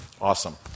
awesome